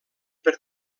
per